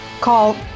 call